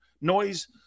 noise